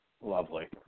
Lovely